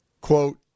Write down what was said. quote